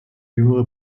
jüngere